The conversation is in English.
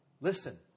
listen